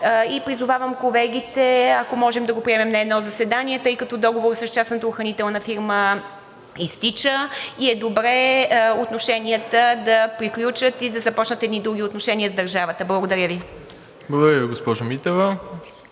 И призовавам колегите, ако можем да го приемем на едно заседание, тъй като договорът с частната охранителна фирма изтича и е добре отношенията да приключат и да започнат едни други отношения с държавата. Благодаря Ви. ПРЕДСЕДАТЕЛ МИРОСЛАВ